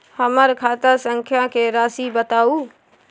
हमर खाता संख्या के राशि बताउ